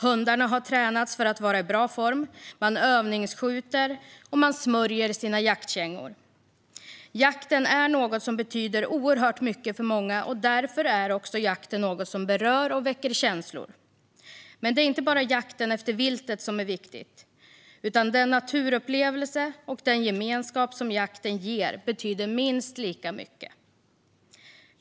Hundarna har tränats för att vara i bra form. Man har övningsskjutit, och man har smort sina jaktkängor. Jakten betyder oerhört mycket för många. Därför är jakten något som berör och väcker känslor. Men det är inte bara jakten efter viltet som är viktig. Den naturupplevelse och den gemenskap som jakten ger betyder minst lika mycket.